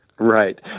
Right